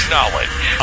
Knowledge